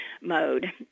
mode